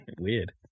Weird